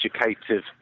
educative